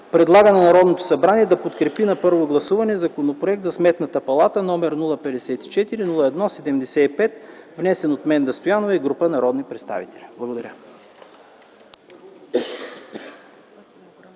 предлага на Народното събрание да подкрепи на първо гласуване Законопроект за Сметната палата, № 054-01-75, внесен от Менда Стоянова и група народни представители.” Благодаря.